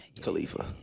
Khalifa